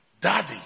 Daddy